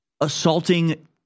assaulting